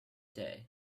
day